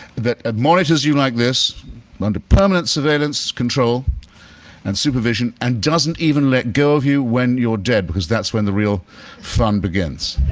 that admonishes you like this under permanent surveillance, control and supervision and doesn't even let go of you when you're dead because that's when the real fun begins.